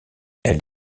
elle